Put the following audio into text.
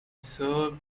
served